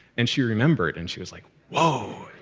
and she remembered, and she was like, whoa,